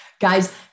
guys